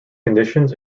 conditions